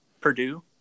Purdue